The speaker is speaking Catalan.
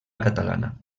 catalana